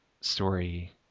story